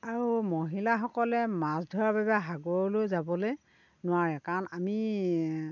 আৰু মহিলাসকলে মাছ ধৰাৰ বাবে সাগৰলৈ যাবলৈ নোৱাৰে কাৰণ আমি